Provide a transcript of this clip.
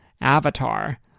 Avatar